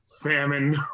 famine